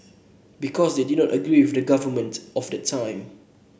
because they did not agree with the government of that time